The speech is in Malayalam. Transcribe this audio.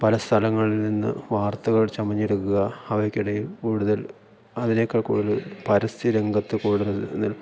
പല സ്ഥലങ്ങളിൽനിന്ന് വാർത്തകൾ ചമഞ്ഞെടുക്കുക അവയ്ക്കിടയിൽ കൂടുതൽ അതിനേക്കാൾ കൂടുതൽ പരസ്യ രംഗത്ത് കൂടുതൽ നിൽ